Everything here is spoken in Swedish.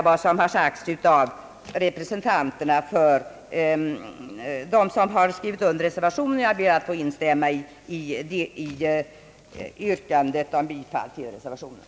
Jag vill understry ka vad som har framhållits av företrädarna för reservationerna och ber att få instämma i yrkandet om bifall till desamma.